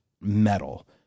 metal